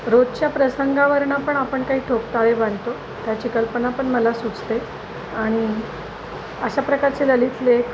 रोजच्या प्रसंगावरून पण आपण काही ठोकताळे बांधतो त्याची कल्पना पण मला सुचते आणि अशा प्रकारचे ललित लेख